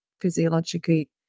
physiologically